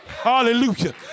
Hallelujah